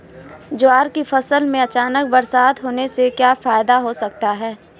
ज्वार की फसल में अचानक बरसात होने से क्या फायदा हो सकता है?